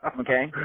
Okay